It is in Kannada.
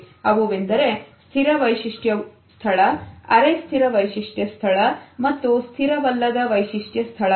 ಅವುವೆಂದರೆ ಸ್ಥಿರ ವೈಶಿಷ್ಟ್ಯ ಸ್ಥಳ ಅರೆಸ್ಥಿರವೈಶಿಷ್ಟ್ಯ ಸ್ಥಳ ಮತ್ತು ಸ್ಥಿರವಲ್ಲದ ವೈಶಿಷ್ಟ್ಯ ಸ್ಥಳ